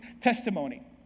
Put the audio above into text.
testimony